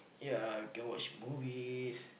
ya can watch movies